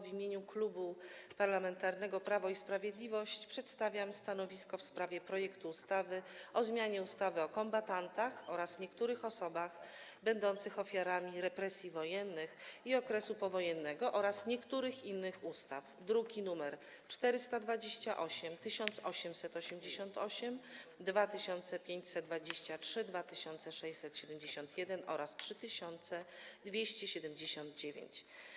W imieniu Klubu Parlamentarnego Prawo i Sprawiedliwość przedstawiam stanowisko w sprawie projektu ustawy o zmianie ustawy o kombatantach oraz niektórych osobach będących ofiarami represji wojennych i okresu powojennego oraz niektórych innych ustaw, druki nr 428, 1888, 2523, 2671 oraz 3279.